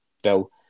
bill